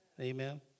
Amen